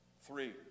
Three